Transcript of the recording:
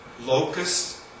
locusts